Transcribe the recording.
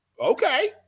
okay